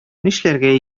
нишләргә